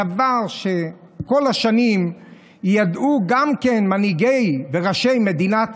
זהו דבר שכל השנים ידעו מנהיגי וראשי מדינת